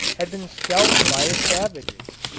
had been scalped by the savages.